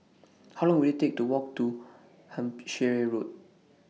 How Long Will IT Take to Walk to Hampshire Road